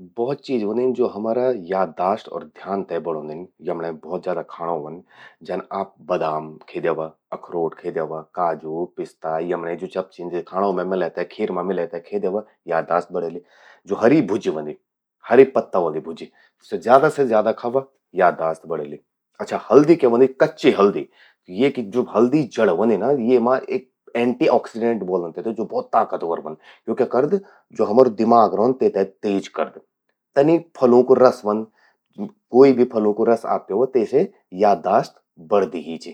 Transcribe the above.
भौत चीज ह्वोंदिन, ज्वो हमारा याददाश्त और ध्यान ते बणौंदिन। यमण्यें भौत ज्यादा खाणौं ह्वंद। जन आप बदाम खे द्यवा, अखरोट खे द्यवा, काजू, पिस्ता, यमण्ये ज्वो सब छिन खाणों मां मिले ते, खीर मां मिले ते खे द्यावा, याददाश्त बढ़ेलि। ज्वो हरी भुज्जि ह्वोंदि, हरी पत्ता वलि भुज्जि, स्या ज्यादा से ज्यादा खावा, याददाश्त बढ़ेलि। अच्छा..हल्दी क्या हंव्दि कच्चि हल्दि येकि ज्वो हल्दी जड़ ह्वंदि ना येमा एक एंटिऑक्सीडेंट ब्वोल्दन तेते, ज्वो भौत ताकतवर ह्वंद। स्वो क्या करद, ज्वो हमरु दिमाग ह्वंद तेते तेज करद। तनि फलौं कू रस ह्वंद, कोई भी फलों कू रस आप प्यावा, तेसे याददाश्त बढ़दि चि।